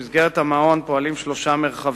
במסגרת המעון פועלים שלושה מרחבים: